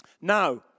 Now